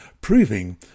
proving